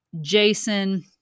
Jason